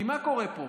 מה קורה פה?